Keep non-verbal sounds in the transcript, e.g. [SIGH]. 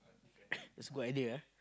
[COUGHS] that's a good idea ah